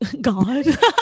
God